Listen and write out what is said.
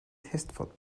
testfahrt